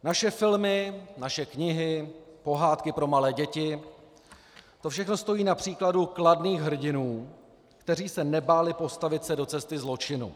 Naše filmy, naše knihy, pohádky pro malé děti, to všechno stojí na příkladu kladných hrdinů, kteří se nebáli postavit do cesty zločinu.